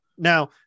Now